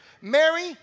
Mary